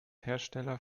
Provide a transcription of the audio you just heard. hersteller